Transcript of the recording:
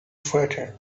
frightened